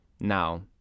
Now